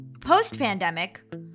post-pandemic